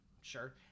Sure